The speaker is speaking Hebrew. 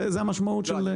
זו המשמעות של --- לא,